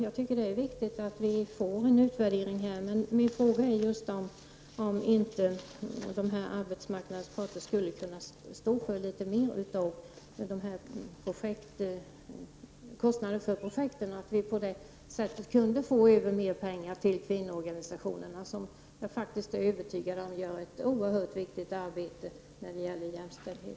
Jag tycker att det är viktigt att vi får en utvärdering. Men frågan är om inte arbetsmarknadens parter kunde stå för litet mer av kostnaderna för projekten. På det sättet kunde vi få mer pengar över till kvinnoorganisationerna, vilka jag är övertygad om gör ett oerhört viktigt arbete när det gäller jämställdhet.